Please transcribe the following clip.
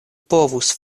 povus